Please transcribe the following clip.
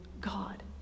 God